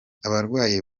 abarwayi